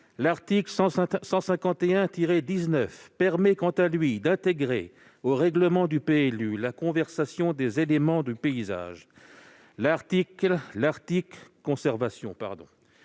L'article L. 151-19 permet quant à lui d'intégrer au règlement du PLU la conservation des éléments du paysage. L'article L.